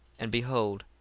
and behold,